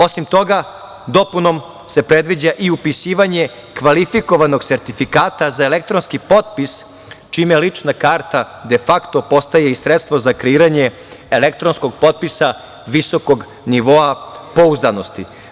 Osim toga, dopunom se predviđa i upisivanje kvalifikovanog sertifikata za elektronski potpis čime lična karata defakto postaje i sredstvo za kreiranje elektronskog potpisa visokog nivoa pouzdanosti.